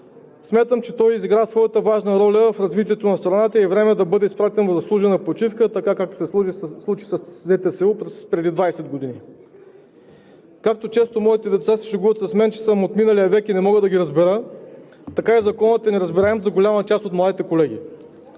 смятам, че той изигра своята важна роля в развитието на страната и е време да бъде изпратен в заслужена почивка, както се случи със ЗТСУ преди 20 години. Както често моите деца се шегуват с мен, че съм от миналия век и не мога да ги разбера, така и Законът е неразбираем за голяма част от младите колеги.